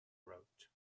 wrote